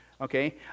Okay